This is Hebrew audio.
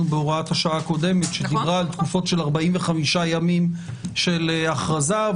בהוראת השעה הקודמת שדיברה על תקופות של 45 ימים של הכרזה.